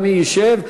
אדוני ישב.